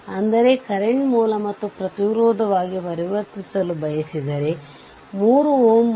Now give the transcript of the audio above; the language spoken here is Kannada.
V0 ದ ಮೌಲ್ಯವು V0 0